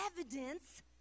evidence